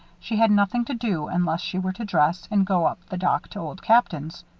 she had nothing to do unless she were to dress, and go up the dock to old captain's.